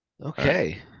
Okay